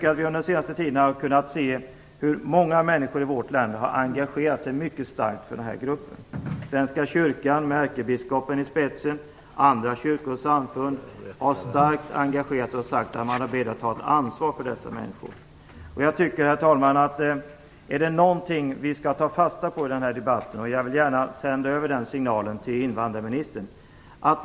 Vi har under den senaste tiden kunnat se hur många människor i vårt land har engagerat sig mycket starkt för denna grupp. Svenska kyrkan med ärkebiskopen i spetsen och andra kyrkor och samfund har starkt engagerat sig och sagt att de är beredda att ta ett ansvar för dessa människor. Detta är någonting vi skall ta fasta på i den här debatten. Jag vill gärna sända över den signalen till invandrarministern.